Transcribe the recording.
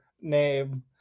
name